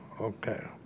okay